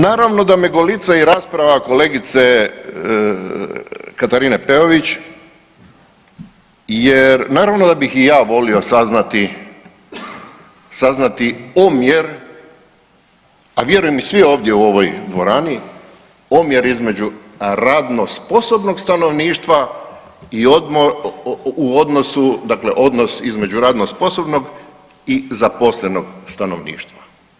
Naravno da me golica i rasprava kolegice Katarine Peović jer naravno da bih i ja volio saznati, saznati omjer, a vjerujem i svi ovdje u ovoj dvorani, omjer između radno sposobnog stanovništva u odnosu, dakle odnos između radno sposobnog i zaposlenog stanovništva.